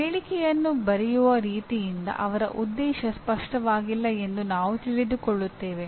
ಹೇಳಿಕೆಯನ್ನು ಬರೆಯುವ ರೀತಿಯಿಂದ ಅವರ ಉದ್ದೇಶ ಸ್ಪಷ್ಟವಾಗಿಲ್ಲ ಎಂದು ನಾವು ತಿಳಿದುಕೊಳ್ಳುತ್ತೇವೆ